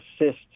assist